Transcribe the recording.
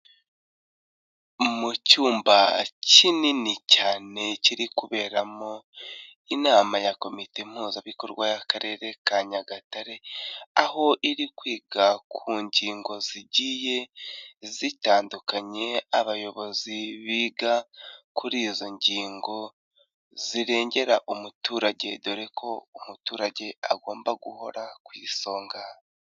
Mu cyumba kinini cyane kiri kuberamo inama ya komite mpuzabikorwa y'akarere ka Nyagatare, aho iri kwiga ku ngingo zigiye zitandukanye, abayobozi biga kuri izo ngingo zirengera umuturage dore ko umuturage agomba guhora ku isonga.